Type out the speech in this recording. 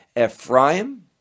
ephraim